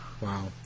Wow